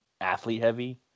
athlete-heavy